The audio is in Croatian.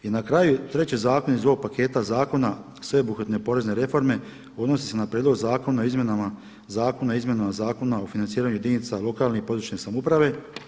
I na kraju, treći zakon iz ovog paketa zakona sveobuhvatne porezne reforme odnosi se na prijedlog Zakona o izmjenama Zakona o financiranju jedinica lokalne i područne samouprave.